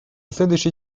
следующий